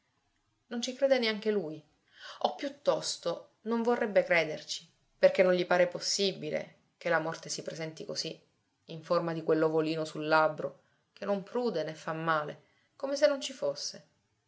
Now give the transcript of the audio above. non ci crede neanche lui o piuttosto non vorrebbe crederci perché non gli pare possibile che la morte si presenti così in forma di quell'ovolino sui labbro che non prude né fa male come se non ci fosse